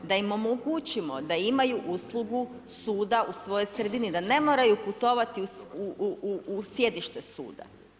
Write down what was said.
Da im omogućimo da imaju uslugu suda u svojoj sredini, da ne moraju putovati u sjedište suda.